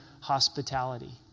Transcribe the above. hospitality